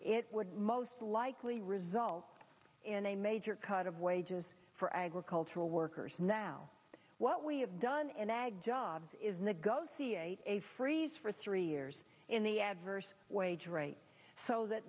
it would most likely result in a major cut of wages for agricultural workers now what we have done an ag job is the gov freeze for three years in the adverse wage rate so that